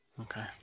Okay